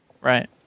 Right